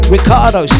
Ricardo